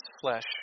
flesh